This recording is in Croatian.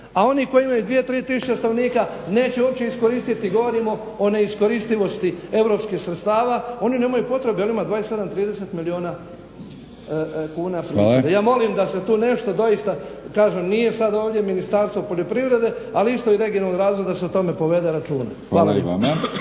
a oni koji imaju 2, 3 tisuće stanovnika neće uopće iskoristiti govorimo o neiskoristivosti europskih sredstava oni nemaju potrebe oni imaju 27, 30 milijuna kuna … ja molim da se tu nešto doista kažem nije sada ovdje ministarstvo poljoprivrede ali isto i regionalnog razvoja da se o tome povede računa. Hvala lijepa.